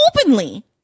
openly